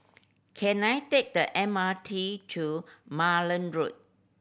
can I take the M R T to Malan Road